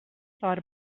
thought